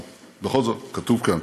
אבל בכל זאת כתוב כאן: